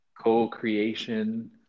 co-creation